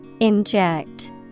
Inject